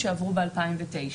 שעברו ב-2009.